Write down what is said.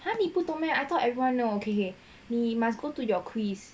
哈你不懂 meh I thought everyone know okay K_S_Y here we must go to your quiz